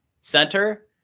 center